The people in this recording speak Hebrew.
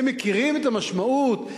הם מכירים את המשמעות,